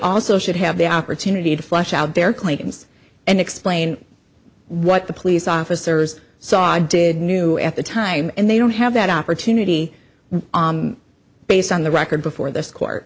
also should have the opportunity to flesh out their claims and explain what the police officers saw and did knew at the time and they don't have that opportunity based on the record before this court